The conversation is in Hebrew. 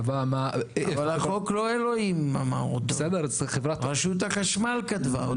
אבל לא אלוהים אמר את החוק; רשות החשמל כתבה אותו.